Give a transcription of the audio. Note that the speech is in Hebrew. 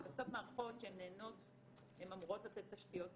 בסוף אלו מערכות שאמורות לתת תשתיות תשלום,